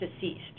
deceased